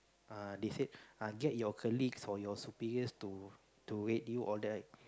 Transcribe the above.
ah they said ah get your colleagues or your superiors to to rate you all that